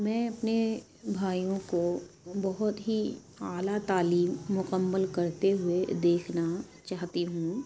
میں اپنے بھائیوں کو بہت ہی اعلیٰ تعلیم مکمل کرتے ہوئے دیکھنا چاہتی ہوں